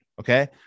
Okay